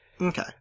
Okay